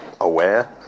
...aware